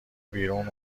بیرون